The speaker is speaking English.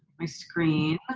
my screen.